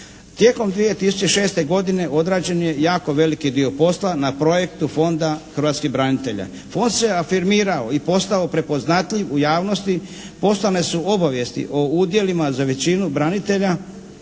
Tijekom 2006. godine odrađen je jako veliki dio posla na projektu Fonda hrvatskih branitelja. Fond se je afirmirao i postao prepoznatljiv u javnosti, poslane su obavijesti o udjelima za većinu branitelja,